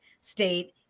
state